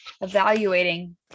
evaluating